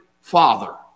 father